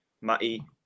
Matty